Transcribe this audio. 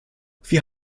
wir